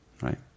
Right